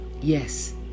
Yes